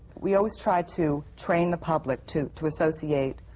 we always try to train the public to to associate,